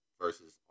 versus